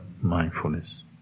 mindfulness